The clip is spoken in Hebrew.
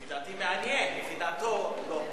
לפי דעתי, מעניין, לפי דעתו, לא.